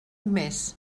més